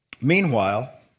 Meanwhile